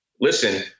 Listen